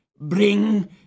bring